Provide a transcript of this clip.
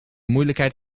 moeilijkheid